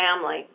family